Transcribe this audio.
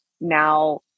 now